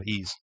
ease